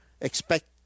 expect